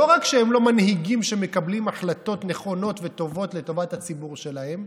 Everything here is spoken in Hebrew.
לא רק שהם לא מנהיגים שמקבלים החלטות נכונות וטובות לטובת הציבור שלהם,